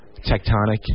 tectonic